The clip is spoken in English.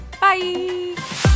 Bye